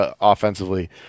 offensively